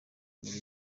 nkuru